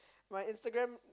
my Instagram